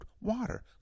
water